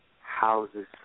houses